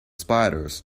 spiders